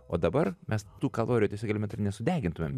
o dabar mes tų kalorijų tiesiog elementariai nesudegintumėm